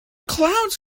clouds